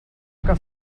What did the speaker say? que